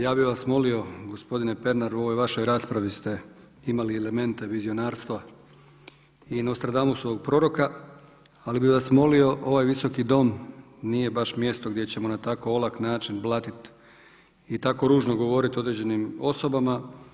Ja bih vas molio gospodine Pernar u ovoj vašoj raspravi ste imali elemente vizionarstva i Nostradamusovog proroka ali bih vas molio ovaj Visoki dom nije baš mjesto gdje ćemo na tako olak način blatiti i tako ružno govoriti o određenim osobama.